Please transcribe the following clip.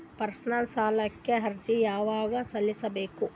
Personal ಸಾಲಕ್ಕೆ ಅರ್ಜಿ ಯವಾಗ ಸಲ್ಲಿಸಬೇಕು?